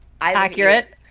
Accurate